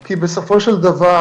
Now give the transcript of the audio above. כי בסופו של דבר,